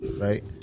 Right